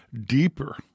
deeper